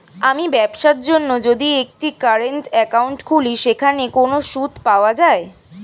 আমি ব্যবসার জন্য যদি একটি কারেন্ট একাউন্ট খুলি সেখানে কোনো সুদ পাওয়া যায়?